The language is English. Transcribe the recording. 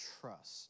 trust